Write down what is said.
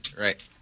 Right